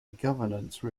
governance